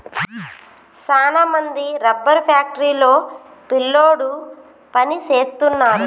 సాన మంది rubber factory లో పిల్లోడు పని సేస్తున్నారు